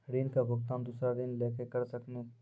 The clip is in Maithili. ऋण के भुगतान दूसरा ऋण लेके करऽ सकनी?